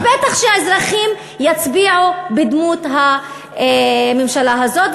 אז בטח שהאזרחים יצביעו בדמות הממשלה הזאת.